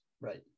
Right